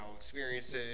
experiences